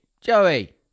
Joey